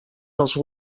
dels